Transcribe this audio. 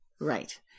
Right